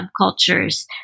subcultures